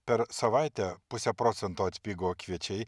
per savaitę puse procento atpigo kviečiai